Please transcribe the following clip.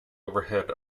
overhead